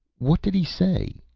what did he say?